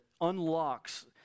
unlocks